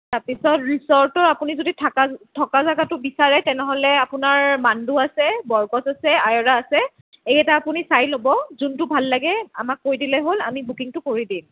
তাৰ পিছৰ ৰিচৰ্টত আপুনি যদি থাকা থকা জাগাটো বিচাৰে তেনেহ'লে আপোনাৰ মান্দু আছে বৰগছ আছে আয়োৰা আছে এইকেইটা আপুনি চাই ল'ব যোনটো ভাল লাগে আমাক কৈ দিলে হ'ল আমি বুকিঙটো কৰি দিম